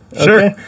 Sure